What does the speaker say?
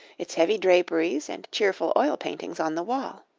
its heavy draperies and cheerful oil-paintings on the wall.